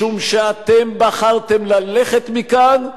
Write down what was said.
משום שאתם בחרתם ללכת מכאן,